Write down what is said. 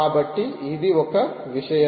కాబట్టి ఇది ఒక విషయం